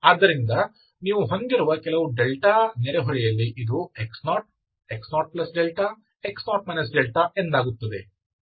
ಆದ್ದರಿಂದ ನೀವು ಹೊಂದಿರುವ ಕೆಲವು ನೆರೆಹೊರೆಯಲ್ಲಿ ಇದು x0 x0δ x0 δ ಎಂದಾಗುತ್ತದೆ